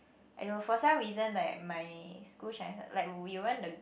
for some reason like my school Chinese like we won the